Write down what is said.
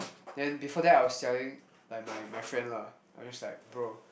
then before that I was telling like my my friend lah I was like bro